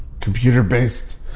computer-based